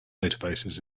databases